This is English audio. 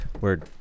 Word